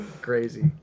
Crazy